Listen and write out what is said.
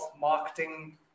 marketing